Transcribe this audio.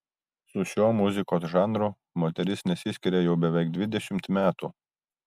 su šiuo muzikos žanru moteris nesiskiria jau beveik dvidešimt metų